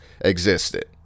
existed